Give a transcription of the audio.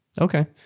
okay